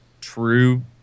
true